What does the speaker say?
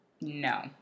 No